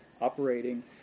operating